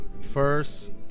first